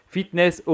Fitness